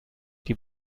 die